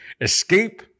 escape